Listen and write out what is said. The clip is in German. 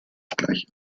gleiche